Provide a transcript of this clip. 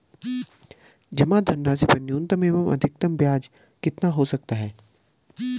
जमा धनराशि पर न्यूनतम एवं अधिकतम ब्याज कितना हो सकता है?